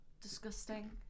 disgusting